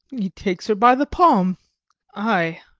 he takes her by the palm ay,